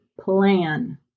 plan